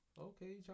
Okay